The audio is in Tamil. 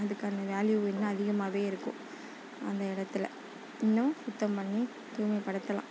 அதுக்கு அந்த வேல்யு இன்னும் அதிகமாகவே இருக்கும் அந்த இடத்துல இன்னும் சுத்தம் பண்ணி தூய்மைபடுத்தலாம்